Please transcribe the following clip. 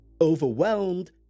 Overwhelmed